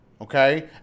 Okay